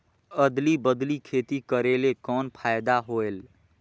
अदली बदली खेती करेले कौन फायदा होयल?